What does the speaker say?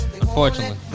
Unfortunately